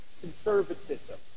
conservatism